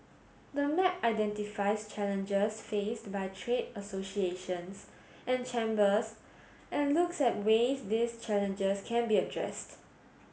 the map identifies challenges faced by trade associations and chambers and looks at ways these challenges can be addressed